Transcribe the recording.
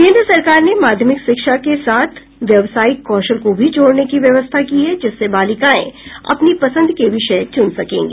केन्द्र सरकार ने माध्यमिक शिक्षा के साथ व्यावसायिक कौशल को भी जोड़ने की व्यवस्था की है जिससे बालिकाएं अपनी पसंद के विषय चून सकेंगी